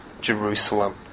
Jerusalem